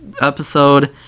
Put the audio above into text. episode